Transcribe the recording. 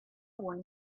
one